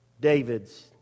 David's